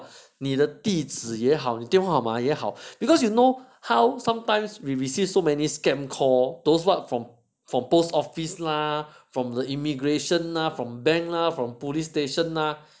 你的地址也好你电话号码也好 because you know how sometimes we received so many scam call those what from from post office lah from the immigration lah from bank lah from police station